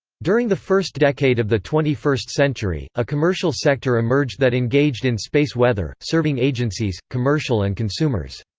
during the first decade of the twenty first century, a commercial sector emerged that engaged in space weather, serving agencies, commercial and consumers.